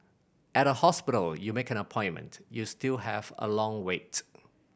at a hospital you make an appointment you still have a long waits